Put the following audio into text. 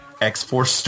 X-Force